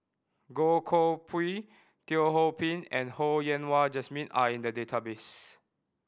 Goh Koh Pui Teo Ho Pin and Ho Yen Wah Jesmine are in the database